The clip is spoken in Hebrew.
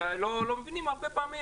שלא מבינים הרבה פעמים,